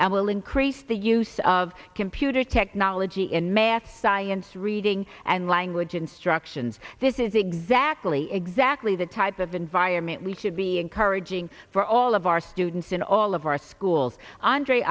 and will increase the use of computer technology in math science reading and language instructions this is exactly exactly the type of environment we should be encouraging for all of our students in all of our schools andre